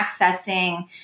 accessing